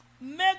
make